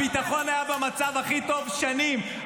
הביטחון היה במצב הכי טוב שנים.